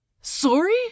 Sorry